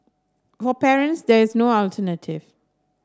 for parents there is no alternative